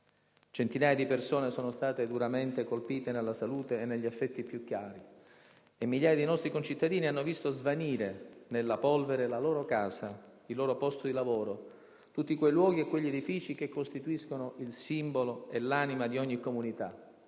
Centinaia di persone sono state duramente colpite nella salute e negli affetti più cari e migliaia di nostri concittadini hanno visto svanire nella polvere la loro casa, il loro posto di lavoro, tutti quei luoghi e quegli edifici che costituiscono il simbolo e l'anima di ogni comunità: